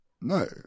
No